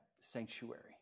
sanctuary